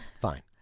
Fine